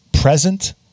present